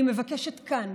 אני מבקשת כאן,